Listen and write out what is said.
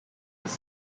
his